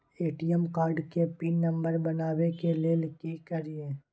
ATM card के PIN number बनाबै के लेल की करिए?